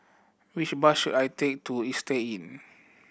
which bus should I take to Istay Inn